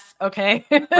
okay